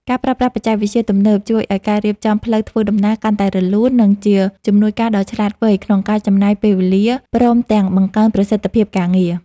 ការប្រើប្រាស់បច្ចេកវិទ្យាទំនើបជួយឱ្យការរៀបចំផ្លូវធ្វើដំណើរកាន់តែរលូន និង ជាជំនួយការដ៏ឆ្លាតវៃក្នុងការចំណេញពេលវេលាព្រមទាំងបង្កើនប្រសិទ្ធភាពការងារ។